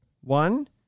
One